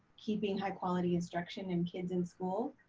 keeping high quality instruction and kids in school,